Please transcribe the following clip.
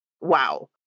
Wow